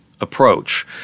approach